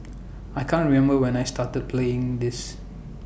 I can't remember when I started playing this